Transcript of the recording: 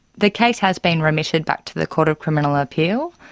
the case has been remitted back to the court of criminal appeal,